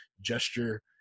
gesture